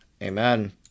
Amen